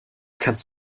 kannst